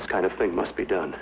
this kind of thing must be done